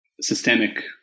systemic